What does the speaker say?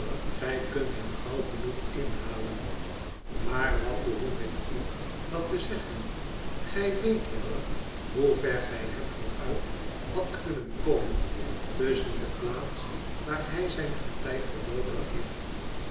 gij kunt hem gauw genoeg inhalen maar wat behoef ik u dat te zeggen gij weet wel hoe ver gij hem vooruit hadt kunnen komen tusschen de plaats waar hij zijn getij verloopen heeft